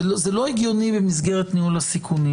זה לא הגיוני במסגרת ניהול הסיכונים.